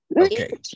Okay